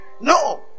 no